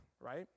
right